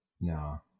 No